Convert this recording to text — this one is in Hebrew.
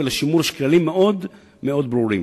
ולשימור יש כללים מאוד מאוד ברורים.